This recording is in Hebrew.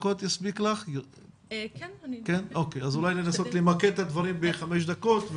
עוסק --- אולי תנסי למקד את הדברים בחמש דקות.